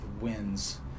wins